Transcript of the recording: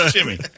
Jimmy